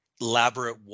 elaborate